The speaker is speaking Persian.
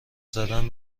زدن